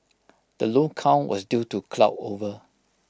the low count was due to cloud over